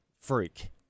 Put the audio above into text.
freak